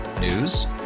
News